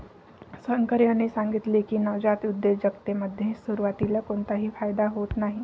शंकर यांनी सांगितले की, नवजात उद्योजकतेमध्ये सुरुवातीला कोणताही फायदा होत नाही